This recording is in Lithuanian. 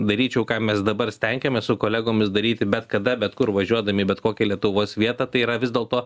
daryčiau ką mes dabar stengiamės su kolegomis daryti bet kada bet kur važiuodami į bet kokią lietuvos vietą tai yra vis dėlto